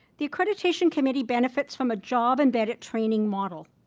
the accreditation committee benefits from a job-embedded training model.